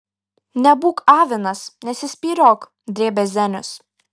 nebūk avinas nesispyriok drėbė zenius